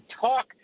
talk